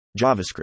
JavaScript